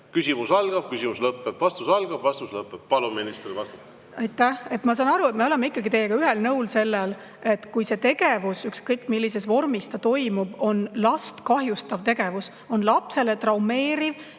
Küsimus algab, küsimus lõpeb, vastus algab, vastus lõpeb. Palun ministril vastata. Aitäh! Ma saan aru, et me oleme ikkagi teiega ühel nõul selles, et kui tegevus, ükskõik millises vormis ta toimub, on last kahjustav tegevus, on lapsele traumeeriv